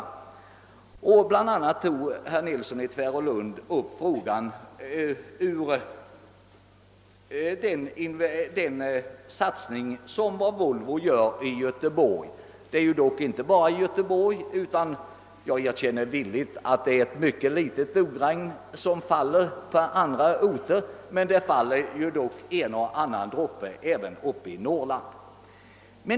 Herr Nilsson i Tvärålund berörde den satsning som Volvo gör i Göteborg. Jag erkänner att det inte i någon större utsträckning faller ett guldregn på andra orter, men en och annan droppe kommer ju uppe i Norrland.